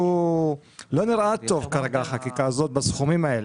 לא נראה טוב כרגע החקיקה הזאת בסכומים האלה.